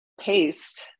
paste